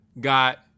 got